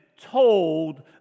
told